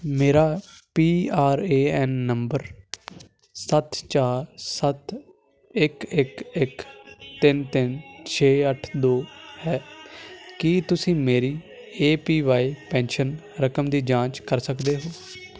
ਮੇਰਾ P R A N number ਸੱਤ ਚਾਰ ਸੱਤ ਇੱਕ ਇੱਕ ਇੱਕ ਤਿੰਨ ਤਿੰਨ ਛੇ ਅੱਠ ਦੋ ਹੈ ਕੀ ਤੁਸੀਂ ਮੇਰੀ ਏ ਪੀ ਵਾਏ ਪੈਨਸ਼ਨ ਰਕਮ ਦੀ ਜਾਂਚ ਕਰ ਸਕਦੇ ਹੋ